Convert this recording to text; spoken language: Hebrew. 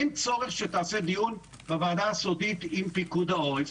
אין צורך שתעשה דיון בוועדה הסודית עם פיקוד העורף,